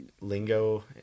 lingo